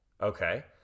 Okay